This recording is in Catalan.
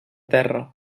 terra